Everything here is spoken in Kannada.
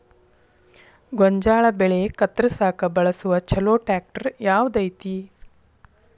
ಗೋಂಜಾಳ ಬೆಳೆ ಕತ್ರಸಾಕ್ ಬಳಸುವ ಛಲೋ ಟ್ರ್ಯಾಕ್ಟರ್ ಯಾವ್ದ್ ಐತಿ?